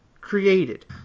created